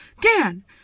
Dan